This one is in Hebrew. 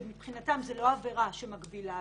שמבחינתם זאת לא עבירה מגבילה,